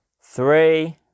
three